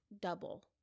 double